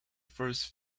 first